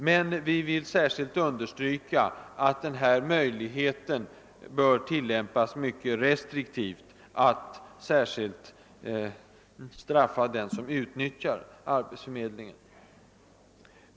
Men vi vill betona att möjligheten att straffa den som utnyttjar olaga arbetsförmedling bör tillämpas mycket återhållsamt.